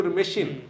machine